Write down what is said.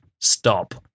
Stop